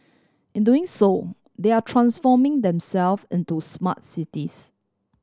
in doing so they are transforming themselves into smart cities